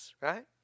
right